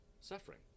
suffering